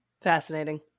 Fascinating